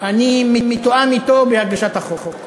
אני מתואם אתו בהגשת החוק.